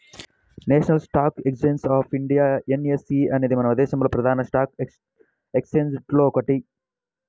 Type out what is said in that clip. national Stock Exchange of India NSE అనేది మన దేశంలోని ప్రధాన స్టాక్ ఎక్స్చేంజిల్లో ఒకటి